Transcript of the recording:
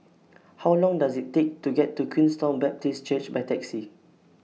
How Long Does IT Take to get to Queenstown Baptist Church By Taxi